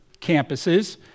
campuses